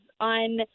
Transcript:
on